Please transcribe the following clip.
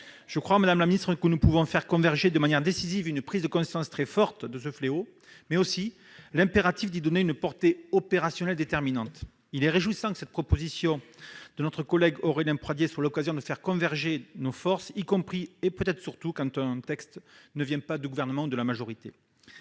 Je crois, madame la garde des sceaux, que nous pouvons faire converger de manière décisive une prise de conscience très forte de ce fléau et l'impératif de lui donner une portée opérationnelle déterminante. Il est réjouissant que cette proposition de loi de notre collègue Aurélien Pradié soit l'occasion de faire converger nos forces, y compris et peut-être surtout quand un texte ne vient ni du Gouvernement ni de la majorité.